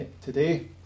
today